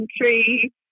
country